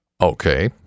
Okay